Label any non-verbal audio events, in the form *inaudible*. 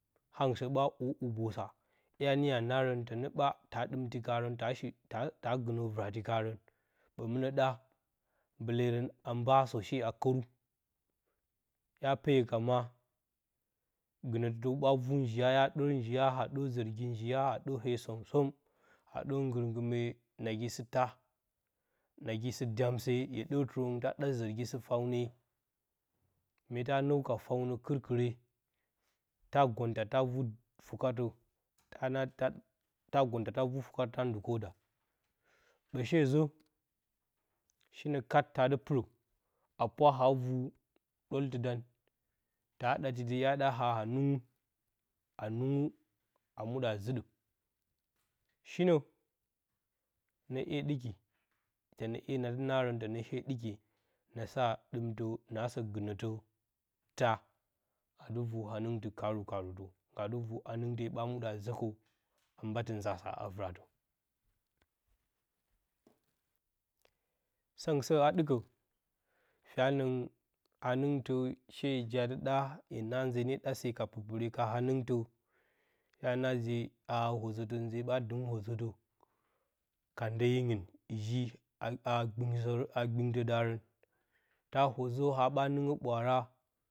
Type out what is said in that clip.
Hang sə ɓa'o hubosa, hya niyo a naarən tənə ɓa, ta dɨmti kaarən ta shee, ta gɨnə vɨrati kaarən, ɓə mɨnə ɗa mbaleerən, g mba asə shee a kəru, hya peyo ka ma gɨnətɨdəw ɓa vuu-njiya hya ɗər viya a dər zərgi njiya a ɗər hee som-som ɗər nggɨrngɨme, nagi sɨ taa, nagi sɨ-dyamse hye ɗərtɨrən ta ɗa zərgi sɨ-fyaune, meeta nəwka fyaunə kɨrkɨre ta gonta ta vuu fɨkatə, tana, ta gonta ta vuu fɨkatə ta ndukoda, ɓə shezə *hesitation* shinə kat ta dɨ pɨrə a pwa a vu ɗəltɨ dan ta ɗati də hya ɗa haaɨ hanɨngu a nɨngu a muɗə a zɨɗə shinə nə ‘ye ɗɨki, tənə ‘ye nadɨ naarən, tənə she ɗɨki nasa ɗɨmtə naasa gɨnətə, taa, aadɨ vu ha nɨngtɨ kaaru-kaaru tə ngga dɨ vu hantagte ɓa muɗə a zəkəw a mbatɨ nza sa a vɨratə səngtu səa ɗɨkə fyanəng ha nɨngtɨ she je a dɨ ɗa, hye na nze nee dɨ ɗase ka pirpire ka ha nɨngtə hya na nze a haa wozətə, nze ɓa ɗɨm wozətə *hesitation* ka ndyeyingɨn jii aahana gbɨntədarən ta wozə ha ɓa nɨngə ɓwaara.